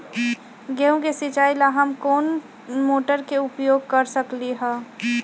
गेंहू के सिचाई ला हम कोंन मोटर के उपयोग कर सकली ह?